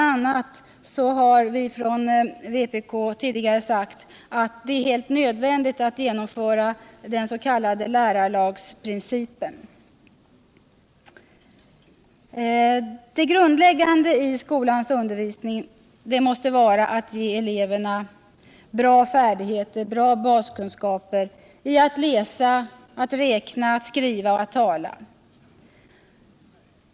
a. har vi från vpk tidigare sagt att det är helt nödvändigt att genomföra den s.k. lärarlagsprincipen. Det grundläggande i skolans undervisning måste vara att ge eleverna bra färdigheter, bra baskunskaper, i att läsa, räkna, skriva och tala.